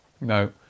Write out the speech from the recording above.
no